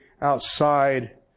outside